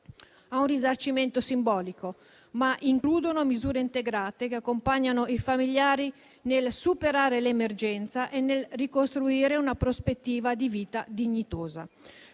a un risarcimento simbolico, ma includono misure integrate che accompagnano i familiari nel superare l'emergenza e ricostruire una prospettiva di vita dignitosa.